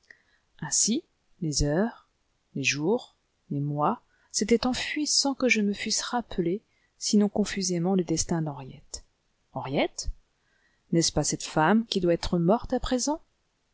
ainsi les heures les jours les mois s'étaient enfuis sans que je me fusse rappelé sinon confusément le destin d'henriette henriette n'est-ce pas cette femme qui doit être morte à présent